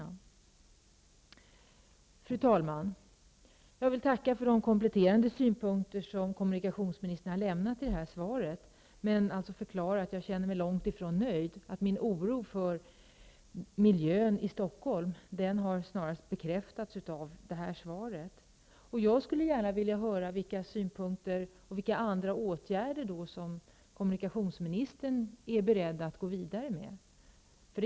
Fru talman! Jag vill tacka för de kompletterande synpunkter kommunikationsministern har lämnat i sitt svar. Men jag känner mig långtifrån nöjd, och min oro för miljön i Stockholm har snarast bekräftats av svaret. Jag vill gärna höra kommunikationsministerns synpunkter och vilka andra ågärder han är beredd att vidta.